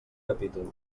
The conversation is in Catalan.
capítol